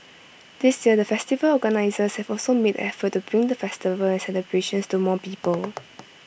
this year the festival organisers have also made the effort to bring the festival and celebrations to more people